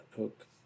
hook